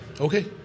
okay